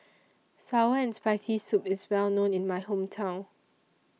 Sour and Spicy Soup IS Well known in My Hometown